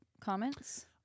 comments